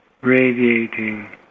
radiating